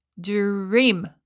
dream